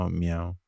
meow